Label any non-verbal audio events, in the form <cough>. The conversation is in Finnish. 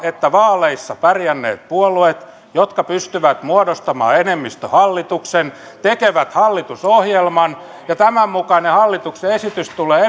että nimenomaan vaaleissa pärjänneet puolueet jotka pystyvät muodostamaan enemmistöhallituksen tekevät hallitusohjelman tämän mukainen hallituksen esitys tulee <unintelligible>